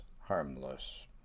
harmless